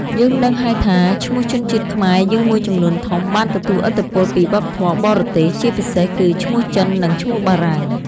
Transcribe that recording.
យើងដឹងហើយថាឈ្មោះជនជាតិខ្មែរយើងមួយចំនួនធំ បានទទួលឥទ្ធិពលពីវប្បធម៌បរទេស ជាពិសេសគឺ ឈ្មោះចិន និង ឈ្មោះបារាំង។